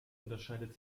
unterscheidet